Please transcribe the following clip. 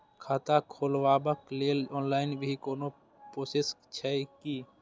खाता खोलाबक लेल ऑनलाईन भी कोनो प्रोसेस छै की?